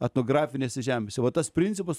etnografinėse žemėse va tas principas